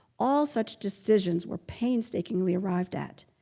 all such decisions were painstakingly arrived at.